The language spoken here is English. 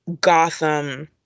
Gotham